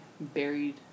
buried